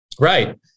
Right